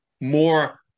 more